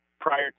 Prior